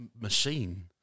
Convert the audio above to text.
machine